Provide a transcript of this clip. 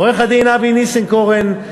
עו"ד אבי ניסנקורן,